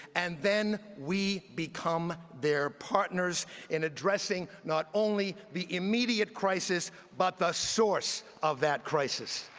and then we become their partners in addressing not only the immediate crisis but the source of that crisis.